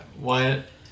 Wyatt